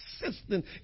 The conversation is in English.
consistent